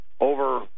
over